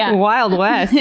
and wild west.